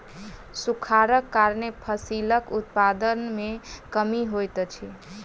सूखाड़क कारणेँ फसिलक उत्पादन में कमी होइत अछि